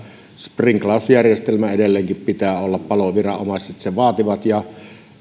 sprinklausjärjestelmä edelleenkin pitää olla paloviranomaiset sen vaativat